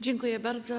Dziękuję bardzo.